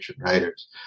writers